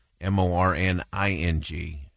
M-O-R-N-I-N-G